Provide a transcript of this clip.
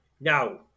now